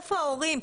איפה ההורים?